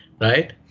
right